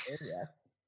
Yes